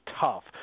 tough